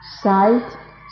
sight